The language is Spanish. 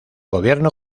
gobierno